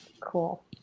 Cool